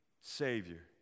Savior